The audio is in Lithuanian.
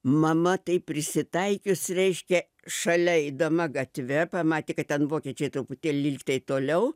mama taip prisitaikius reiškia šalia eidama gatve pamatė kad ten vokiečiai truputėlį lyg tai toliau